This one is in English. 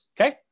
okay